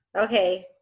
okay